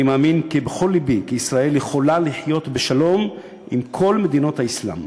אני מאמין בכל לבי כי ישראל יכולה לחיות בשלום עם כל מדינות האסלאם.